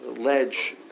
Ledge